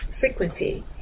frequency